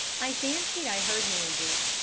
i fancied i heard noises,